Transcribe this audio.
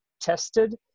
tested